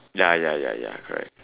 ya ya ya ya correct